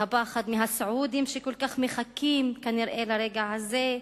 את הפחד מהסעודים, שכל כך מחכים כנראה לרגע הזה.